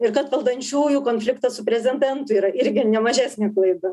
ir kad valdančiųjų konfliktas su prezidentu yra irgi ne mažesnė klaida